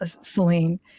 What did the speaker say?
Celine